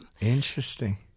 Interesting